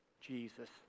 Jesus